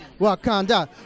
Wakanda